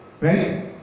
Right